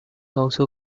also